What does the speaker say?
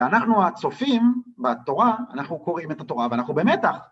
ואנחנו הצופים בתורה, אנחנו קוראים את התורה ואנחנו במתח.